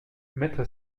mettre